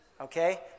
Okay